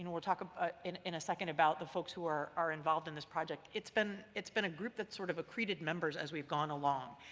and we'll talk ah ah in in a second about the folks who are are involved in this project. it's been it's been a group that's sort of accreted members as we've gone along,